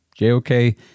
JOK